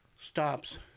stops